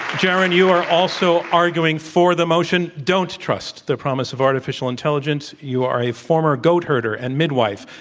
jaron, you are also arguing for the motion, don't trust the promise of artificial intelligence. you are a former goat herder and midwife,